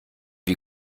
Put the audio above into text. wie